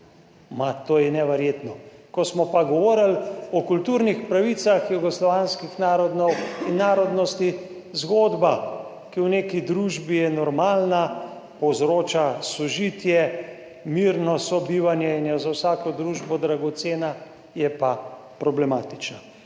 To je neverjetno. Ko smo pa govorili o kulturnih pravicah jugoslovanskih narodov in narodnosti, zgodba, ki je v neki družbi je normalna, povzroča sožitje, mirno sobivanje in je za vsako družbo dragocena, je pa problematična.